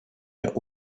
der